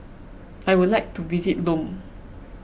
I would like to visit Lome